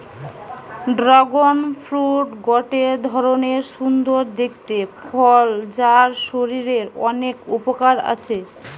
dragon fruit গটে ধরণের সুন্দর দেখতে ফল যার শরীরের অনেক উপকার আছে